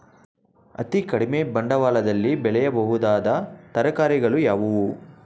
ಅತೀ ಕಡಿಮೆ ಬಂಡವಾಳದಲ್ಲಿ ಬೆಳೆಯಬಹುದಾದ ತರಕಾರಿಗಳು ಯಾವುವು?